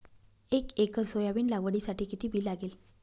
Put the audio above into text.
एक acre soybean लागवडीसाठी किती बी लागेल?